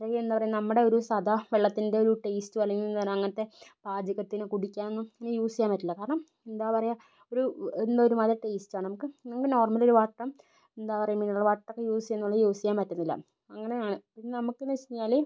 അത്രക്കും എന്താ പറയുക നമ്മുടെ ഒരു സാധാ വെള്ളത്തിൻ്റെ ഒരു ടേസ്റ്റോ അല്ലെങ്കിൽ അങ്ങനത്തെ പാചകത്തിന് കുടിക്കാനും പിന്നെ യൂസ് ചെയ്യാൻ പറ്റില്ല കാരണം എന്താ പറയുക ഒരു എന്തോ ഒരു പോലെ ടേസ്റ്റാ നമുക്ക് നമുക്ക് നോർമൽ ഒരു പാത്രം എന്താ പറയുക മിനറൽ വാട്ടർ യൂസ് ചെയ്യുന്ന പോലെ യൂസ് ചെയ്യാൻ പറ്റത്തില്ല അങ്ങനെയാണ് പിന്നെ നമുക്കെന്ന് വെച്ചഴിഞ്ഞാല്